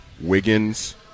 Wiggins